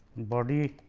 body